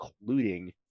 including